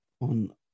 on